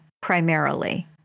primarily